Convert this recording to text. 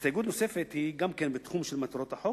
הסתייגות נוספת היא גם כן בתחום של מטרות החוק,